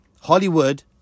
Hollywood